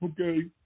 okay